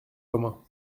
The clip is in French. commun